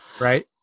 right